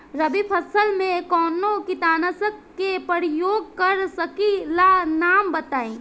रबी फसल में कवनो कीटनाशक के परयोग कर सकी ला नाम बताईं?